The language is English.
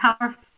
powerful